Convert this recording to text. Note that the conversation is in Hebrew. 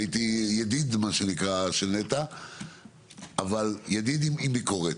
והייתי ידיד של נת"ע אבל ידיד עם ביקורת.